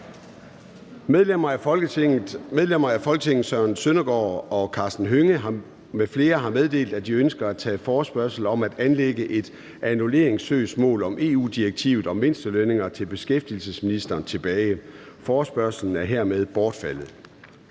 Medlemmer af Folketinget Søren Søndergaard (EL) og Karsten Hønge (SF) m.fl. har meddelt, at de ønsker at tage forespørgsel om at anlægge et annullationssøgsmål om EU-direktivet om mindstelønninger til beskæftigelsesministeren tilbage. (Forespørgsel nr. F 1).